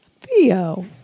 Theo